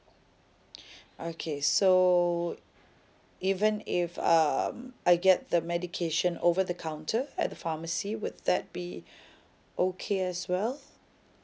okay so even if uh I get the medication over the counter at the pharmacy would that be okay as well